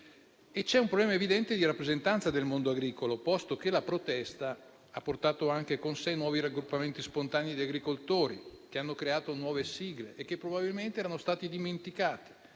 C'è un problema evidente di rappresentanza del mondo agricolo, posto che la protesta ha portato anche con sé nuovi raggruppamenti spontanei di agricoltori, che hanno creato nuove sigle e che probabilmente erano stati dimenticati.